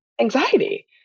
anxiety